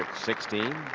sixteen